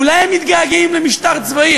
אולי הם מתגעגעים למשטר צבאי,